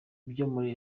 muri